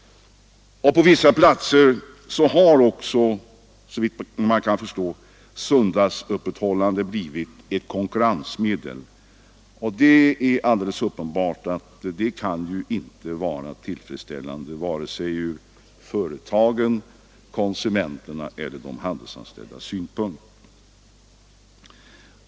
På vissa platser har också — såvitt man kan förstå — söndagsöppethållandet blivit ett konkurrensmedel. Det är alldeles uppenbart att detta inte kan vara tillfredsställande från vare sig företagens, konsumenternas eller de handelsanställdas synpunkt.